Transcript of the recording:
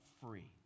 free